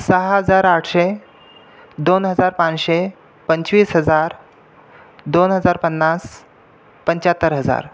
सहा हजार आठशे दोन हजार पाचशे पंचवीस हजार दोन हजार पन्नास पंच्याहत्तर हजार